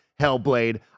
Hellblade